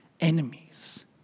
enemies